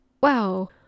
Wow